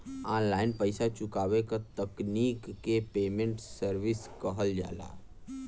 online पइसा चुकावे क तकनीक के पेमेन्ट सर्विस कहल जाला